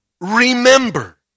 remember